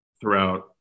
throughout